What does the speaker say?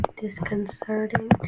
disconcerting